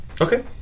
Okay